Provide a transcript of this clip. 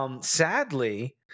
Sadly